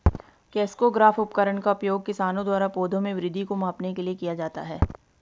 crescograph उपकरण का उपयोग किसानों द्वारा पौधों में वृद्धि को मापने के लिए किया जाता है